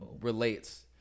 relates